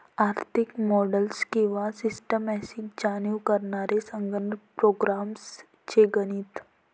आर्थिक मॉडेल्स किंवा सिस्टम्सची जाणीव करणारे संगणक प्रोग्राम्स चे गणित